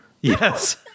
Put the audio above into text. Yes